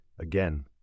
again